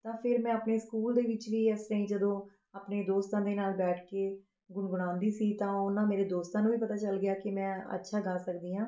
ਤਾਂ ਫਿਰ ਮੈਂ ਆਪਣੇ ਸਕੂਲ ਦੇ ਵਿੱਚ ਵੀ ਇਸ ਤਰ੍ਹਾਂ ਹੀ ਜਦੋਂ ਆਪਣੇ ਦੋਸਤਾਂ ਦੇ ਨਾਲ ਬੈਠ ਕੇ ਗੁਣਗੁਣਾਉਂਦੀ ਸੀ ਤਾਂ ਉਹਨਾਂ ਮੇਰੇ ਦੋਸਤਾਂ ਨੂੰ ਵੀ ਪਤਾ ਚੱਲ ਗਿਆ ਕਿ ਮੈਂ ਅੱਛਾ ਗਾ ਸਕਦੀ ਹਾਂ